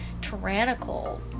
tyrannical